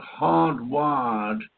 hardwired